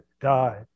died